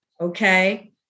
okay